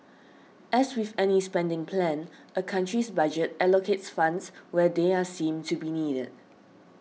as with any spending plan a country's budget allocates funds where they are seen to be needed